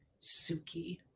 Suki